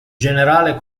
generale